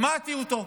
שמעתי אותו.